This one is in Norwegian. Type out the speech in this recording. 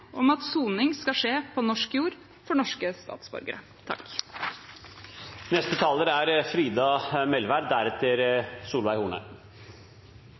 om at soning skal skje på norsk jord for norske statsborgere», er